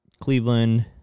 cleveland